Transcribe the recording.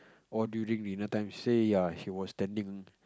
or during dinner time she say ya he was standing